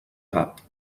edat